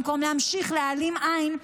במקום להמשיך להעלים עין,